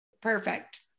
Perfect